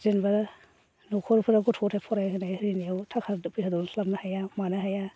जेन'बा न'खरफोराव गथ' फरायहोनाय इरिनायाव थाखा फैसा दहनस्लाबनो हाया मानो हाया